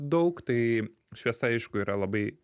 daug tai šviesa aišku yra labai